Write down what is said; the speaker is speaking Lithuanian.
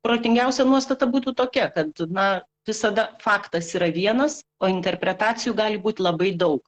protingiausia nuostata būtų tokia kad na visada faktas yra vienas o interpretacijų gali būt labai daug